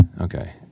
okay